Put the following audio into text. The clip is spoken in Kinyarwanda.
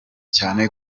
cyane